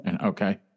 Okay